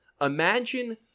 imagine